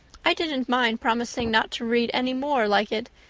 i didn't mind promising not to read any more like it,